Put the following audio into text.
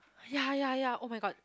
ya ya ya [oh]-my-god